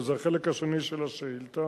שזה החלק השני של השאילתא,